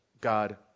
God